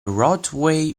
roadway